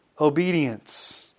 obedience